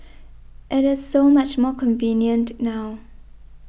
it is so much more convenient now